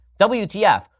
WTF